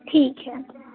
ठीक है